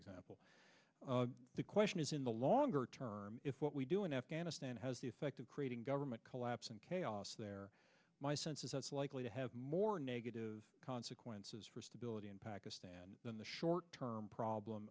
example the question is in the longer term if what we do in afghanistan has the effect of creating government collapse and chaos there my sense is that's likely to have more negative consequences for stability in pakistan than the short term problem